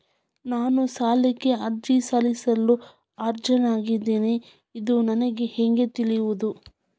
ನಾನು ಸಾಲಕ್ಕೆ ಅರ್ಜಿ ಸಲ್ಲಿಸಲು ಅರ್ಹನಾಗಿದ್ದೇನೆ ಎಂದು ನನಗೆ ಹೇಗೆ ತಿಳಿಯುವುದು?